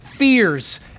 fears